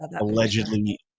allegedly